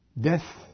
Death